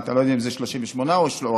אני לא יודע אם זה 38% או 41%,